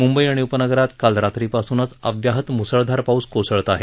मुंबई आणि उपनगरात काल रात्रीपासूनच अव्यहत मु्सळधार पाऊस कोसळत आहे